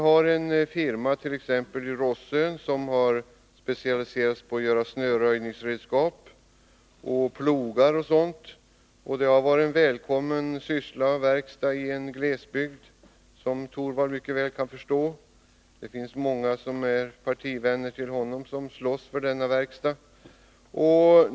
Det finns t.ex. en firma i Rossö som har specialiserat sig på att göra snöröjningsredskap, plogar o. d. Denna verkstad har, som Rune Torwald mycket väl kan förstå, inneburit välkommen sysselsättning i en glesbygd. Det finns många partivänner till Rune Torwald som slåss för denna verkstad.